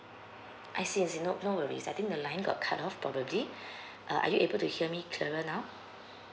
I see I see no no worries I think the line got cut off probably uh are you able to hear me clearer now